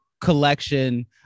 collection